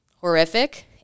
horrific